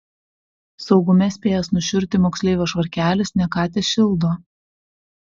saugume spėjęs nušiurti moksleivio švarkelis ne ką tešildo